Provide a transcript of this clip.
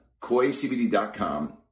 koicbd.com